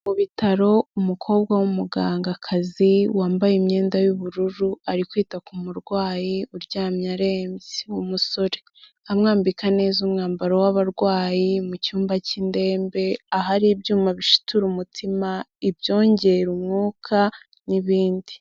Mu bitaro umukobwa w'umugangakazi wambaye imyenda y'ubururu, ari kwita ku murwayi uryamye arembye; umusore. Amwambika neza umwambaro w'abarwayi mu cyumba cy'indembe, ahari ibyuma bishitura umutima, ibyongera umwuka n'ibindi.